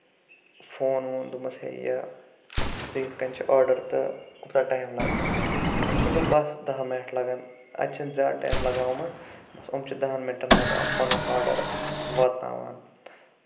phone وون دۄٚپمَس ہے زِ یہِ کٔنۍ چھُ آرڈر تہٕ کوٗتاہ ٹایم لَگہِ أمۍ سا دوٚپ بَس دہ مِنٹ لَگن اَتہِ چھُنہٕ زیادٕ ٹایم لَگان یِمَن بس یِم چھِ دَہن مِنٹَن منٛز اَسہِ پَنُن آرڈر واتناوان